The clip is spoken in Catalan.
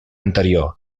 anterior